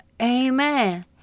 Amen